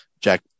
Jack